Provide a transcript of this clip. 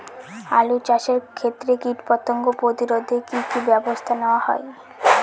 আলু চাষের ক্ষত্রে কীটপতঙ্গ প্রতিরোধে কি কী ব্যবস্থা নেওয়া হয়?